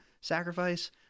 sacrifice